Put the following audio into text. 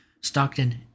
Stockton